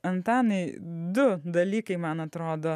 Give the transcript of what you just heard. antanai du dalykai man atrodo